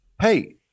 Hey